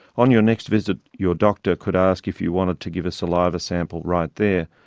on your next visit, your doctor could ask if you wanted to give a saliva sample right there,